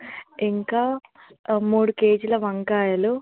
ఇంకా మూడు కేజీల వంకాయలు